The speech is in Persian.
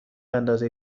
اندازه